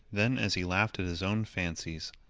then as he laughed at his own fancies,